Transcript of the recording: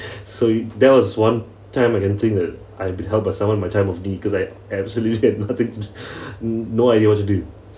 so there was one time I can think that I've been helped by someone in my time of need cause I I absolutely had nothing to n~ no idea what to do